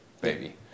baby